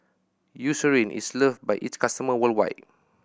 Eucerin is loved by its customer worldwide